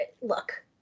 look